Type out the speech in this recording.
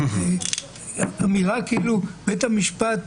האמירה כאילו בית המשפט